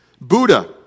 Buddha